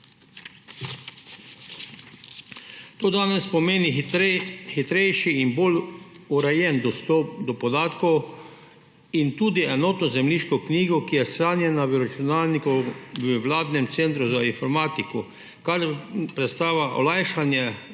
danes pomeni hitrejši in bolj urejen dostop do podatkov in tudi enotno zemljiško knjigo, ki je shranjena v računalniku v vladnem centru za informatiko, kar predstavlja olajšanje